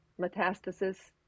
metastasis